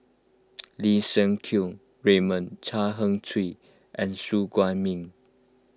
Lim Siang Keat Raymond Chan Heng Chee and Su Guaning